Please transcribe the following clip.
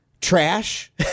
trash